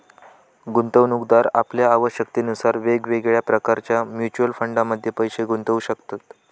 गुंतवणूकदार आपल्या आवश्यकतेनुसार वेगवेगळ्या प्रकारच्या म्युच्युअल फंडमध्ये पैशे गुंतवू शकतत